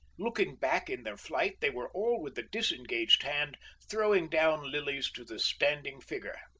looking back in their flight they were all with the disengaged hand throwing down lilies to the standing figure.